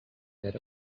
that